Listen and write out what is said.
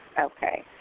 Okay